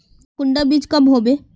कुंडा बीज कब होबे?